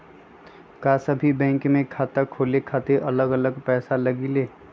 का सभी बैंक में खाता खोले खातीर अलग अलग पैसा लगेलि?